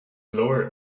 lower